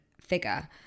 figure